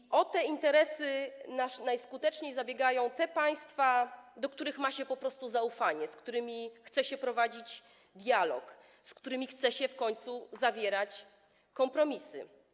I o te interesy najskuteczniej zabiegają te państwa, do których ma się po prostu zaufanie, z którymi chce się prowadzić dialog, z którymi chce się w końcu zawierać kompromisy.